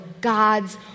God's